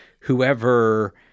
whoever